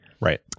Right